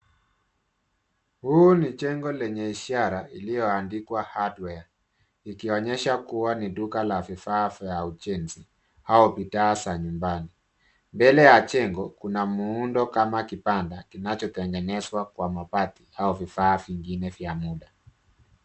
Huu ni jengo lenye ishara iliyoandikwa hardware likionyesha kuwa ni duka la vifaa vya ujenzi au bidhaa za nyumbani .Mbele ya jengo kuna muundo kama kibanda kinachotegenezwa kwa mabati au vifaa vingine vya muda.